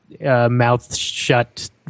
mouth-shut